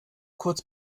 kurz